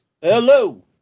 Hello